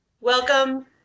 welcome